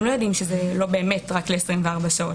הם לא יודעים שזה לא באמת רק ל-24 שעות.